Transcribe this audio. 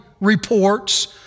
reports